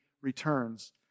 returns